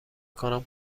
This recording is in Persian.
کنم